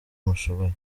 mushoboye